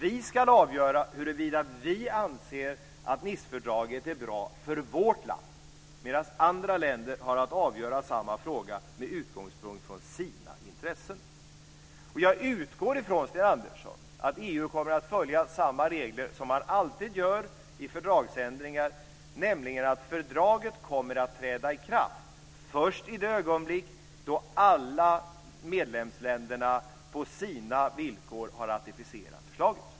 Vi ska avgöra huruvida vi anser att Nicefördraget är bra för vårt land, medan andra länder har att avgöra samma fråga med utgångspunkt från sina intressen. Jag utgår från, Sten Andersson, att EU kommer att följa samma regler som man alltid gör vid fördragsändringar, nämligen att fördraget kommer att träda i kraft först i det ögonblick då alla medlemsländerna på sina villkor har ratificerat förslaget.